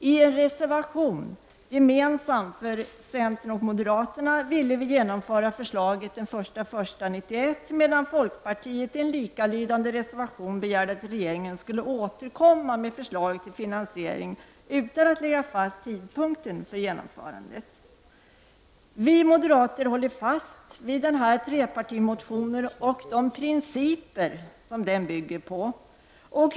I en reservation, gemensam för centern och moderaterna, framhölls det att vi ville genomföra förslaget den 1 januari 1991, medan folkpartiet i en likalydande reservation begärde att regeringen skulle återkomma med förslag till finansiering utan att lägga fast tidpunkten för genomförandet. Vi moderater håller fast vid den här trepartimotionen och de principer som den bygger på.